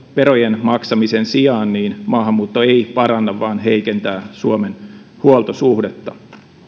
verojen maksamisen sijaan niin maahanmuutto ei paranna vaan heikentää suomen huoltosuhdetta